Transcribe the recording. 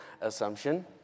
assumption